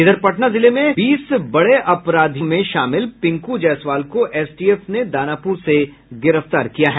इधर कड़ी में पटना जिले में बीस सबसे टॉप अपराधियों में शामिल पिंकू जायसवाल को एसटीएफ ने दानापुर से गिरफ्तार किया है